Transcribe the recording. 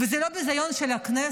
וזה לא ביזיון של הכנסת,